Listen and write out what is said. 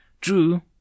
True